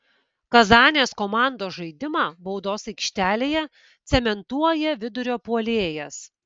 kazanės komandos žaidimą baudos aikštelėje cementuoja vidurio puolėjas